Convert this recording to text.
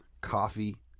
coffee